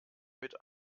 mit